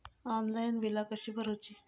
Online बिला कशी भरूची?